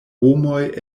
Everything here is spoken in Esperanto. homoj